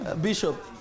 Bishop